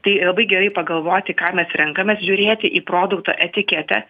tai labai gerai pagalvoti ką mes renkamės žiūrėti į produkto etiketę